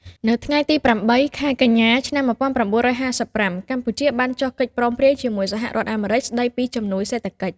នៅថ្ងៃទី ៨ ខែកញ្ញា ឆ្នាំ១៩៥៥ កម្ពុជាបានចុះកិច្ចព្រមព្រៀងជាមួយ សហរដ្ឋអាមេរិក ស្តីពីជំនួយសេដ្ឋកិច្ច។